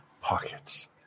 Pockets